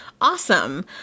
awesome